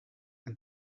and